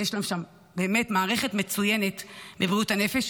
יש לו שם באמת מערכת מצוינת לבריאות הנפש,